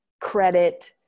credit